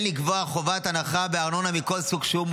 לקבוע חובת הנחה בארנונה מכל סוג שהוא,